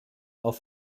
auf